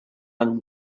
and